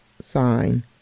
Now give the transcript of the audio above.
sign